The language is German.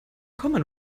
common